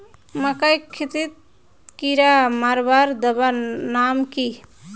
मकई खेतीत कीड़ा मारवार दवा नाम की?